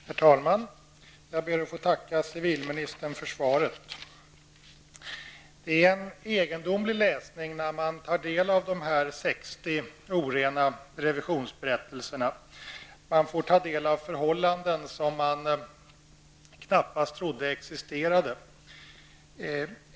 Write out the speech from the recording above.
Herr talman! Jag ber att få tacka civilministern för svaret. Det är en egendomlig läsning att ta del av de 60 orena revisionsberättelserna. Man får ta del av förhållanden som man knappast trodde existerade.